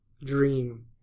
dream